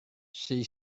she